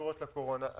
שקשורות לקורונה.